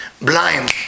blind